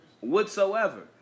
Whatsoever